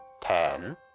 Ten